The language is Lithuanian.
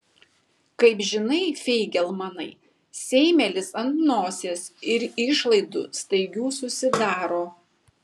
kaip žinai feigelmanai seimelis ant nosies ir išlaidų staigių susidaro